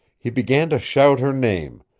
he began to shout her name.